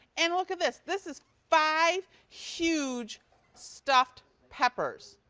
and look at this, this is five huge stuffed peppers.